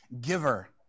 giver